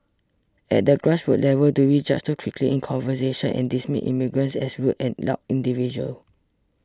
at the grassroots level do we judge too quickly in conversations and dismiss immigrants as rude and loud individuals